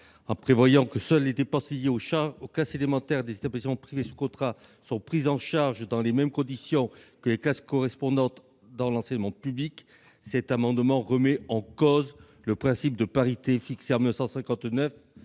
maternelles ; seules les dépenses liées aux classes élémentaires des établissements privés sous contrat seraient prises en charge dans les mêmes conditions que les classes correspondantes dans l'enseignement public. Cet amendement tend donc à remettre en cause le principe de parité fixé en 1959